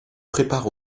prépare